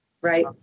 right